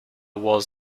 was